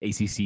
ACC